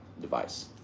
device